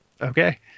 Okay